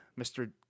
mr